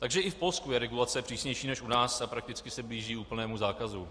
Takže i v Polsku je regulace přísnější než u nás a prakticky se blíží úplnému zákazu.